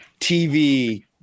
TV